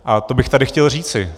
A to bych tady chtěl říci.